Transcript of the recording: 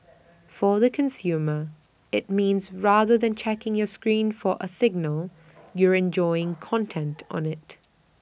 for the consumer IT means rather than checking your screen for A signal you're enjoying content on IT